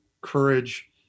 courage